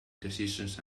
decisions